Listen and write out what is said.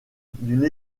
d’une